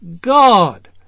God